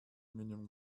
aluminium